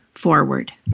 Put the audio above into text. forward